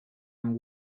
and